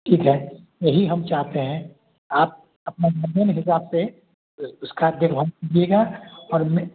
ठीक है यही हम चाहते हैं आप अपने हिसाब से उसका देखभाल कीजिएगा और मैं